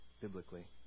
biblically